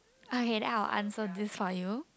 I okay then I'll answer this for you